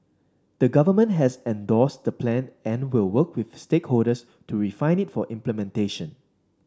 the Government has endorsed the Plan and will work with stakeholders to refine it for implementation